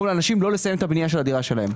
לאנשים לא לסיים את הבנייה של הדירה שלהם.